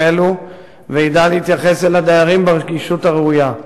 אלו וידע להתייחס אל הדיירים ברגישות הראויה.